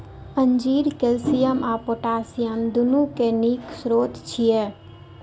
अंजीर कैल्शियम आ पोटेशियम, दुनू के नीक स्रोत छियै